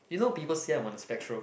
you know people say I'm on the spectrum